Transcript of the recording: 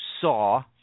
saw